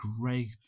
great